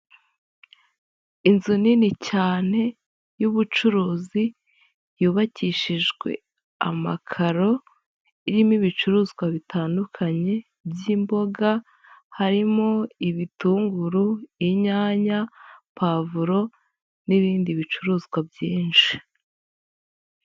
Inzu nini cyane y'ubucuruzi, yubakishijwe amakaro irimo ibicuruzwa bitandukanye by'imboga harimo ibitunguru, inyanya, pavuro n'ibindi bicuruzwa byinshi.